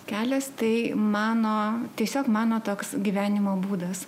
kelias tai mano tiesiog mano toks gyvenimo būdas